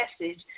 message